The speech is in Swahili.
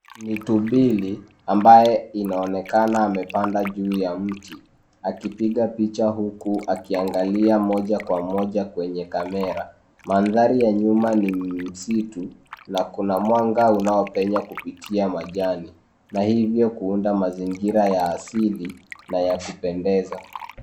Ni tumbili ambaye inaonekana amepanda juu ya mti ,akipiga picha huku akiangalia moja kwa moja kwenye kamera. Mandhari ya nyuma ni msitu na kuna mwanga unaopenya kupitia majani na hivyo kuunda mazingira ya asili na ya kupendeza.